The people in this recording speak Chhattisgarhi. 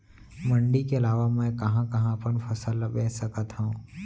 मण्डी के अलावा मैं कहाँ कहाँ अपन फसल ला बेच सकत हँव?